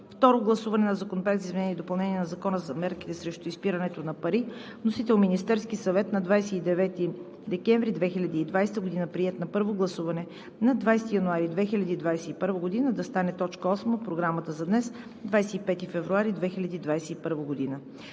Второ гласуване на Законопроекта за изменение и допълнение на Закона за мерките срещу изпирането на пари с вносител – Министерският съвет, 29 декември 2020 г., приет на първо гласуване на 20 януари 2021 г., предлагам да стане точка осма в Програмата за днес, 25 февруари 2021 г.